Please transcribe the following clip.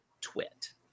twit